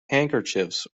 handkerchiefs